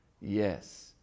yes